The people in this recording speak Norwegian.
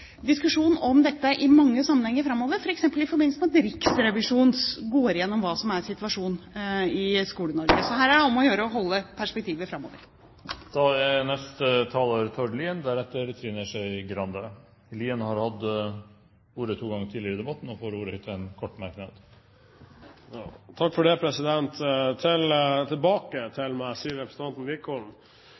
diskusjon om dette i mange sammenhenger framover, f.eks. i forbindelse med at Riksrevisjonen går igjennom hva som er situasjonen i Skole-Norge. Så her er det om å gjøre å holde perspektivet framover. Tord Lien har hatt ordet to ganger tidligere og får ordet til en kort merknad. Tilbake til representanten Wickholm. Det er slik at de svakeste elevene har krav på en individuell plan for sin skolegang. Det